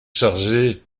chargés